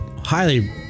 highly